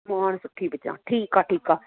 मुहिण सुठी विझां ठीकु आहे ठीकु आहे